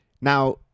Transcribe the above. Now